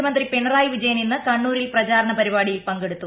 മുഖ്യമന്ത്രി പിണറായി വിജയൻ ഇന്ന് കണ്ണൂരിൽ പ്രചാരണ പരിപാടിയിൽ പങ്കെടുത്തു